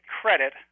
credit